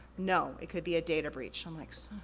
no, it could be a data breach. i'm like so